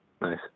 Nice